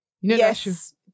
yes